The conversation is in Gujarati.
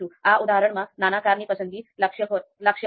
આ ઉદાહરણમાં નાની કારની પસંદગી લક્ષ્ય હશે